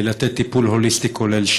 לתת טיפול הוליסטי כולל.